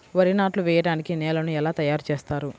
వరి నాట్లు వేయటానికి నేలను ఎలా తయారు చేస్తారు?